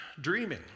dreaming